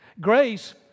Grace